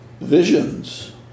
visions